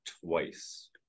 twice